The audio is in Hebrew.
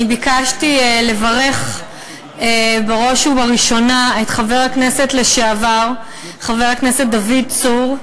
אני ביקשתי לברך בראש ובראשונה את חבר הכנסת לשעבר דוד צור,